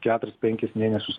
keturis penkis mėnesius